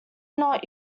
not